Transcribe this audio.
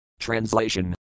Translation